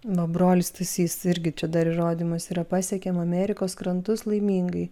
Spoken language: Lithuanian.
va brolis stasys irgi čia dar įrodymas yra pasiekėm amerikos krantus laimingai